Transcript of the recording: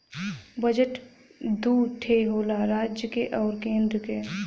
budget दू ठे होला राज्य क आउर केन्द्र क